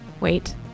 Wait